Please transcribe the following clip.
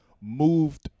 moved